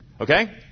Okay